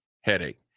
headache